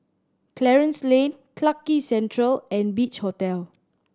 Clarence Lane Clarke Quay Central and Beach Hotel